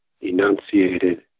enunciated